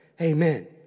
amen